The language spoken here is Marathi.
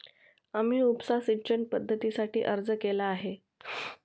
आम्ही उपसा सिंचन पद्धतीसाठी अर्ज केला आहे